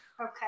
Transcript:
Okay